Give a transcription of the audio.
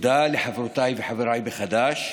תודה לחברותיי וחבריי בחד"ש,